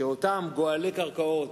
כשאותם גואלי קרקעות